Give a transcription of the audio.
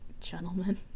Gentlemen